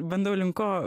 bandau link ko